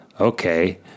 okay